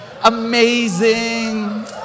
amazing